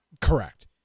correct